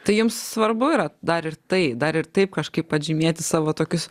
tai jums svarbu yra dar ir tai dar ir taip kažkaip atžymėti savo tokius